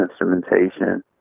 instrumentation